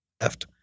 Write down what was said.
left